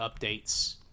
updates